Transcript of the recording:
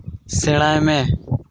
ᱥᱮᱬᱟᱭ ᱢᱮ